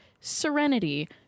Serenity